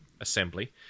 assembly